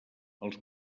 els